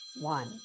one